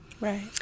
right